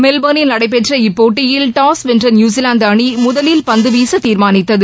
மெல்போ்னில் நடைபெற்ற இப்போட்டியில் டாஸ் வென்றநியுசிலாந்துஅணிமுதலில் பந்துவீசதீர்மானித்தது